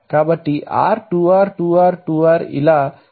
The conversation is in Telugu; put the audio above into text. కాబట్టి R 2R 2R 2R ఇలా